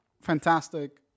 fantastic